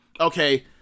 Okay